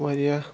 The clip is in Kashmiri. واریاہ